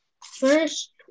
First